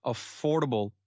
affordable